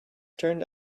turned